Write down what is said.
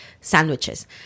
sandwiches